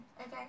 Okay